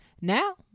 Now